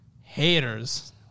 Haters